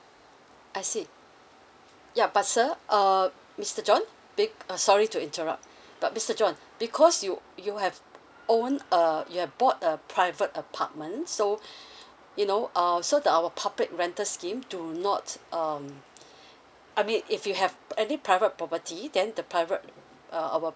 I see yeah but sir uh mister john big uh sorry to interrupt but mister john because you you have owned uh you have bought a private apartment so you know um so our public rental scheme to mm not um I mean if you have any private property than the private our